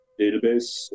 database